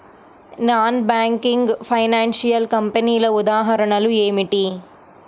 Non banking financial కంపెనీల ఉదాహరణలు ఏమిటి?